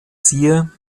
siehe